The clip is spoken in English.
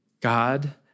God